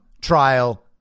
trial